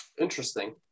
Interesting